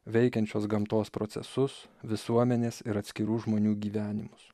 veikiančios gamtos procesus visuomenės ir atskirų žmonių gyvenimus